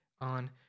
on